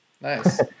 Nice